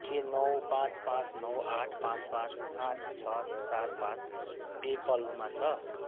के नौ पाँच पाँच नौ आठ पाँच पाँच आठ छ चार पाँच पे पलमा छ